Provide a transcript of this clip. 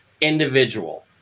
individual